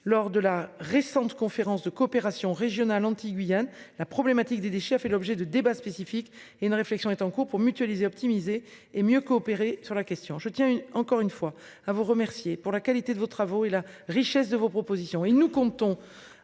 lors de la récente conférence de coopération régionale Antilles Guyane la problématique des déchets a fait l'objet de débats spécifique et une réflexion est en cours pour mutualiser optimisée et mieux coopérer sur la question. Je tiens encore une fois à vous remercier pour la qualité de vos travaux et la richesse de vos propositions.